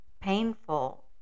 painful